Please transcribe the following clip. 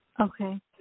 Okay